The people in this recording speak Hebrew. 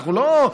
אנחנו לא,